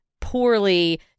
poorly